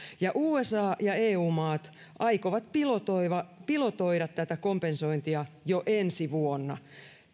ja usa ja eu maat aikovat pilotoida pilotoida tätä kompensointia jo ensi vuonna